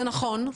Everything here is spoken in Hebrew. זה נכון.